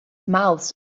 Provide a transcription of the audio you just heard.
mouths